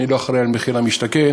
אני לא אחראי למחיר למשתכן,